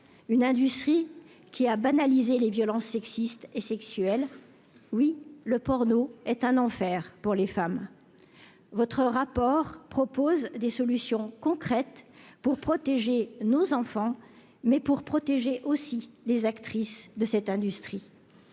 une industrie qui a banalisé les violences sexistes et sexuelles oui le porno est un enfer pour les femmes, votre rapport propose des solutions concrètes pour protéger nos enfants, mais pour protéger aussi les actrices de cette industrie,